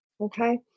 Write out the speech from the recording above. okay